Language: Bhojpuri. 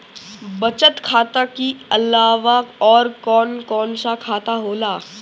बचत खाता कि अलावा और कौन कौन सा खाता होला?